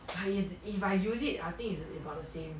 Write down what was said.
if if I use it I think is is about the same